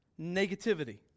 Negativity